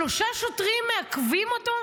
שלושה שוטרים מעכבים אותו.